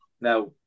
Now